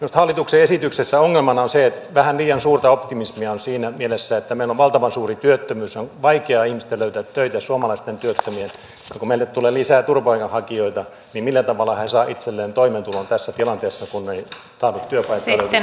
minusta hallituksen esityksessä ongelmana on se että vähän liian suurta optimismia on siinä mielessä että meillä on valtavan suuri työttömyys ja suomalaisten työttömien ihmisten on vaikea löytää töitä ja kun meille tulee lisää turvapaikanhakijoita niin millä tavalla he saavat itselleen toimeentulon tässä tilanteessa kun ei tahdo työpaikkaa löytyä suomalaisillekaan